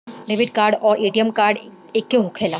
Debit card आउर ATM card एके होखेला?